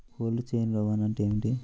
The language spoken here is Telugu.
కోల్డ్ చైన్ రవాణా అంటే ఏమిటీ?